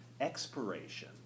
Expiration